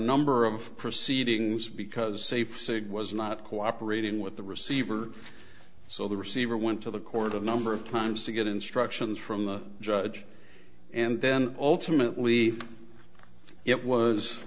number of proceedings because safe sic was not cooperating with the receiver so the receiver went to the court of a number of times to get instructions from the judge and then ultimately it was